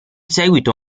seguito